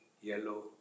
yellow